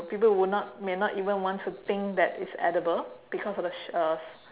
people would not may not even want to think that it's edible because of the she~ uh shell